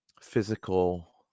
physical